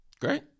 Great